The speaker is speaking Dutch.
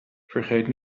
vergeet